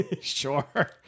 Sure